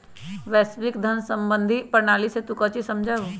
वैश्विक धन सम्बंधी प्रणाली से तू काउची समझा हुँ?